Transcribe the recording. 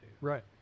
right